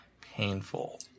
painful